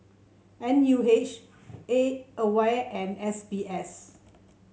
N U H A Aware and S B S